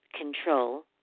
control